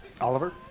Oliver